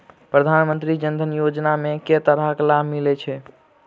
प्रधानमंत्री जनधन योजना मे केँ तरहक लाभ मिलय छै?